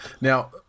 Now